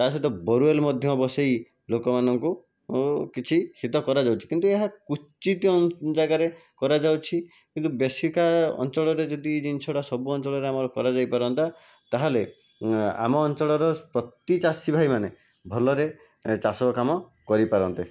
ତା ସହିତ ବରୁଏଲ ମଧ୍ୟ ବସେଇ ଲୋକମାନଙ୍କୁ କିଛି ହିତ କରାଯାଉଛି କିନ୍ତୁ ଏହା କ୍ଵଚିତ ଜାଗାରେ କରାଯାଉଛି କିନ୍ତୁ ବେଶିକା ଅଞ୍ଚଳରେ ଯଦି ଏହି ଜିନିଷଟା ସବୁ ଅଞ୍ଚଳରେ ଆମର କରାଯାଇ ପାରନ୍ତା ତାହେଲେ ଆମ ଅଞ୍ଚଳର ପ୍ରତି ଚାଷୀ ଭାଇମାନେ ଭଲରେ ଚାଷ କାମ କରିପାରନ୍ତେ